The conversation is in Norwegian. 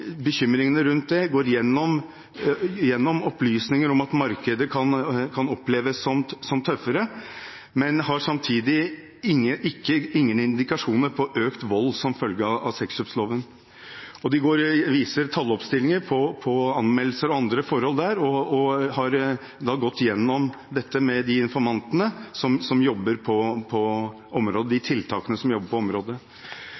bekymringene rundt det. De går gjennom opplysninger om at markedet kan oppleves som tøffere, men har samtidig ingen indikasjoner på økt vold som følge av sexkjøpsloven. De viser talloppstillinger på anmeldelser og andre forhold der, og har gått gjennom dette med de informantene og tiltakene som jobber på området. Når det gjelder de prostituertes situasjon, er det startet opp viktige tiltak for de midlene som